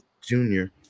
Junior